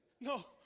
No